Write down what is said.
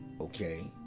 Okay